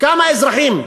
כמה אזרחים?